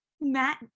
Matt